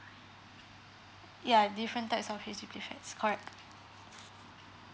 ya different types of H_D_B flats correct